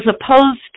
opposed